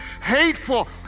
hateful